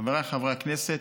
חבריי חברי הכנסת,